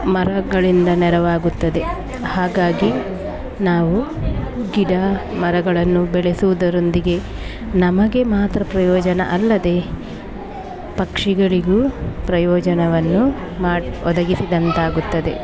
ಮರಗಳಿಂದ ನೆರವಾಗುತ್ತದೆ ಹಾಗಾಗಿ ನಾವು ಗಿಡ ಮರಗಳನ್ನು ಬೆಳೆಸುವುದರೊಂದಿಗೆ ನಮಗೆ ಮಾತ್ರ ಪ್ರಯೋಜನ ಅಲ್ಲದೇ ಪಕ್ಷಿಗಳಿಗೂ ಪ್ರಯೋಜನವನ್ನು ಮಾಡಿ ಒದಗಿಸಿದಂತಾಗುತ್ತದೆ